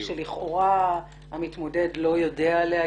שלכאורה המתמודד לא יודע עליה,